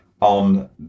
on